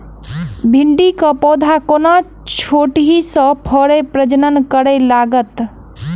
भिंडीक पौधा कोना छोटहि सँ फरय प्रजनन करै लागत?